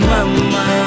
Mama